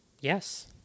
Yes